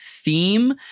theme